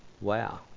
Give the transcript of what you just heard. Wow